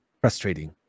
frustrating